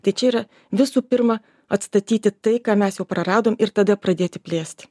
tai čia yra visų pirma atstatyti tai ką mes jau praradom tada pradėti plėsti